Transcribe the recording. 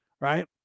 right